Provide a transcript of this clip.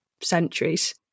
centuries